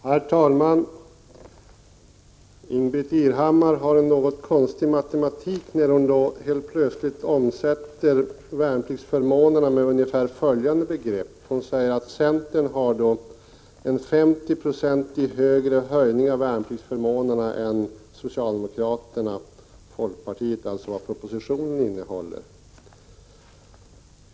Herr talman! Ingbritt Irhammar använder en något konstig matematik när hon helt plötsligt beskriver värnpliktsförmånerna med ungefär följande begrepp: Centern har en 50 96 större höjning av värnpliktsförmånerna än vad socialdemokraterna och folkpartiet, liksom även propositionen, föreslår.